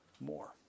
more